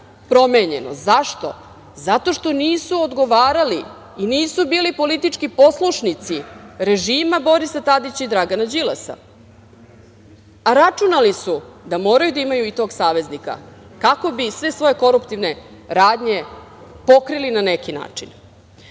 promenjeno. Zašto? Zato što nisu odgovarali i nisu bili politički poslušnici režima Borisa Tadića i Dragana Đilasa, a računali su da moraju da imaju i tog saveznika, kako bi sve svoje koruptivne radnje pokrili na neki način. Dakle,